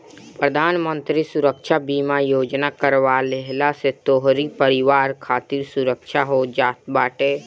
प्रधानमंत्री सुरक्षा बीमा योजना करवा लेहला से तोहरी परिवार खातिर सुरक्षा हो जात बाटे